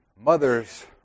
Mothers